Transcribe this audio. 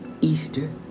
Easter